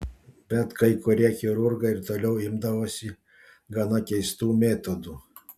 bet kai kurie chirurgai ir toliau imdavosi gana keistų metodų